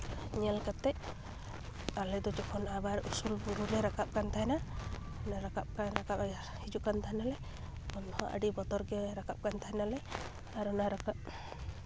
ᱧᱮᱞ ᱠᱟᱛᱮ ᱟᱞᱮ ᱫᱚ ᱡᱚᱠᱷᱚᱱ ᱟᱵᱟᱨ ᱩᱥᱩᱞ ᱵᱩᱨᱩᱞᱮ ᱨᱟᱠᱟᱵ ᱠᱟᱱ ᱛᱟᱦᱮᱱᱟ ᱚᱱᱟ ᱨᱟᱠᱟᱵ ᱦᱤᱡᱩᱜ ᱠᱟᱱ ᱛᱟᱦᱮᱱᱟᱞᱮ ᱩᱱᱦᱚᱸ ᱟᱹᱰᱤ ᱵᱚᱛᱚᱨ ᱜᱮ ᱨᱟᱠᱟᱵ ᱠᱟᱱ ᱛᱟᱦᱮᱸ ᱱᱟᱞᱮ ᱟᱨ ᱚᱱᱟ ᱨᱟᱠᱟᱵ